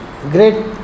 great